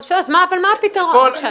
אבל מה הפתרון?